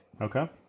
Okay